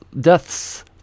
deaths